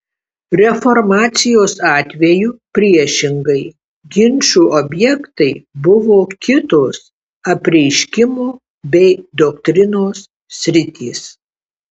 reformacijos atveju priešingai ginčų objektai buvo kitos apreiškimo bei doktrinos sritys